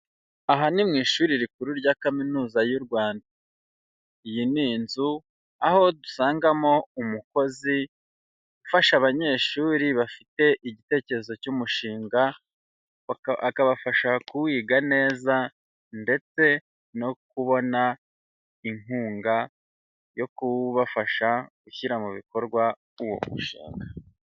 Aha ni mu ishuri rikuru rya kaminuza y'u Rwanda, iyi ni inzu aho dusangamo umukozi ufasha abanyeshuri bafite igitekerezo cy'umushinga, akabafasha kuwiga neza ndetse no kubona inkunga yo kubafasha gushyira mu bikorwa uwo mushinga.